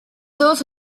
those